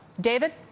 David